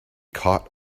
caught